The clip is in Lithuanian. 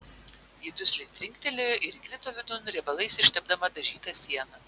ji dusliai trinktelėjo ir įkrito vidun riebalais ištepdama dažytą sieną